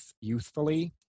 youthfully